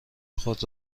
خود